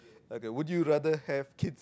okay would you rather have kid